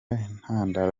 intandaro